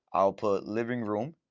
i'll put living room.